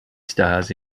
stars